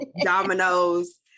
Dominoes